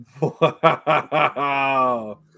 Wow